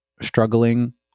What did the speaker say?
struggling